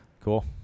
Cool